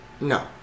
No